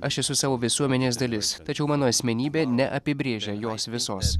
aš esu savo visuomenės dalis tačiau mano asmenybė neapibrėžia jos visos